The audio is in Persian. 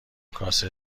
کاسه